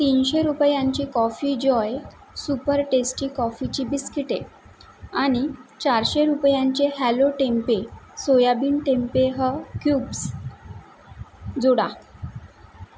तीनशे रुपयांचे Coffee Joy super tasty कॉफीची बिस्किटे आणि चारशे रुपयांचे hello tempeh soybean tempeh cubes जोडा